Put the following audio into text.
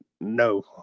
no